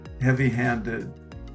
heavy-handed